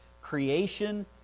creation